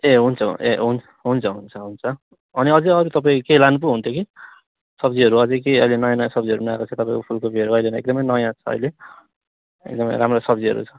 ए हुन्छ ए हुन्छ हुन्छ हुन्छ हुन्छ अनि अझै अरू तपाईँ केही लानु पो हुन्थ्यो कि सब्जीहरू अझै केही अहिले नयाँ नयाँ सब्जीहरू पनि आएको छ तपाईँको फुलकोपीहरू अहिले एकदमै नयाँ छ अहिले एकदमै राम्रो सब्जीहरू छ